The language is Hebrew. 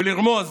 ולרמוז